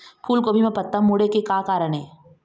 फूलगोभी म पत्ता मुड़े के का कारण ये?